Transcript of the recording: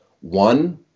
One